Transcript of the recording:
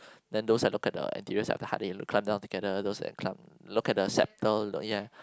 then those that look at the interiors of the heart